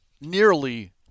nearly